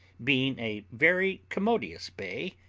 being a very commodious bay,